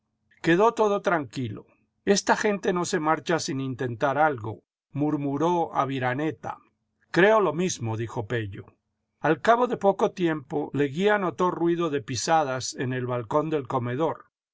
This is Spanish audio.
quedó todo tranquilo esta gente no se marcha sin intentar algo murmuró aviraneta creo lo mismo dijo pello xl cabo de poco tiempo leguía notó ruido de pisadas en el balcón del comedor